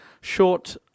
short